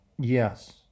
Yes